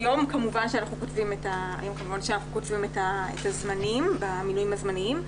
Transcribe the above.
היום כמובן שאנחנו קוצבים את הזמנים במינויים הזמניים.